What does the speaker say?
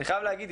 אני חייב להגיד,